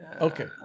Okay